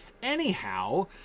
Anyhow